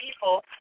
people